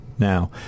Now